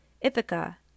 Ithaca